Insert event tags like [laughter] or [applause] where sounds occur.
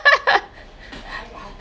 [laughs]